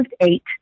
eight